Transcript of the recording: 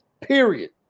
Period